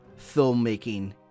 filmmaking